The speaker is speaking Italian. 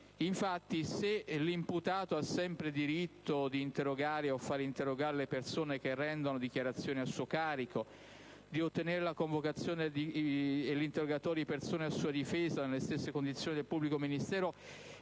Infatti, se l'imputato ha sempre diritto di interrogare o fare interrogare le persone che rendono dichiarazioni a suo carico, di ottenere la convocazione e l'interrogatorio di persone a sua difesa nelle stesse condizioni del pubblico ministero,